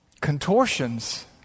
contortions